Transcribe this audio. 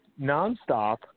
nonstop